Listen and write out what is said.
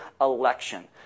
election